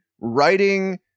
writing